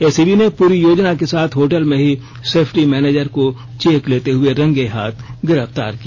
ACB ने पूरी योजना के साथ होटल में ही सेफ्टी मैनेजर को चेक लेते हुए रंगे हाथ गिरफ्तार किया